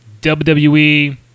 WWE